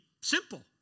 simple